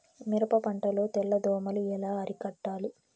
మిరప పంట లో తెల్ల దోమలు ఎలా అరికట్టాలి?